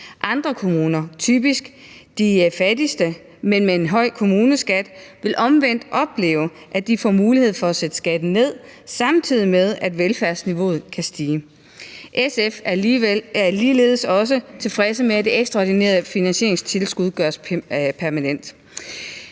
en høj kommuneskat, vil omvendt opleve, at de får mulighed for at sætte skatten ned, samtidig med at velfærdsniveauet kan stige. SF er ligeledes også tilfreds med, at det ekstraordinære finansieringstilskud gøres permanent.